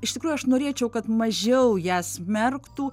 iš tikrųjų aš norėčiau kad mažiau ją smerktų